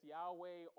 Yahweh